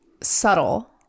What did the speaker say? subtle